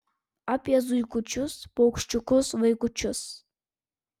apie zuikučius paukščiukus vaikučius